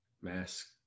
Mask